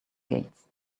gates